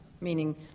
meaning